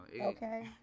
Okay